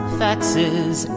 faxes